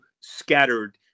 scattered